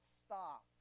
stop